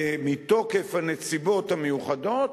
מתוקף הנסיבות המיוחדות,